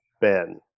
Ben